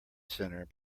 center